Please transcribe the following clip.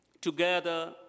Together